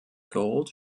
gold